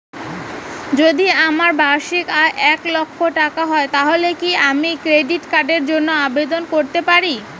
যদি আমার বার্ষিক আয় এক লক্ষ টাকা হয় তাহলে কি আমি ক্রেডিট কার্ডের জন্য আবেদন করতে পারি?